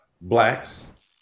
Blacks